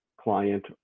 client